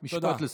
תודה.